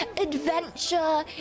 adventure